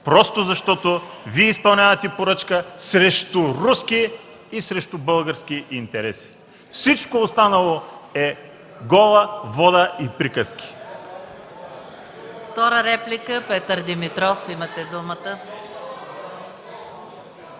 просто защото изпълнявате поръчка срещу руски и български интереси. Всичко останало е гола вòда и приказки.